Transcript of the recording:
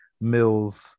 Mills